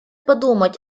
подумать